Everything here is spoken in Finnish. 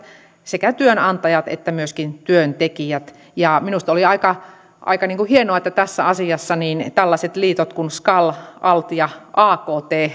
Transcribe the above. sekä työnantajat että myöskin työntekijät minusta oli aika aika hienoa että tässä asiassa tällaiset liitot kuin skal alt ja akt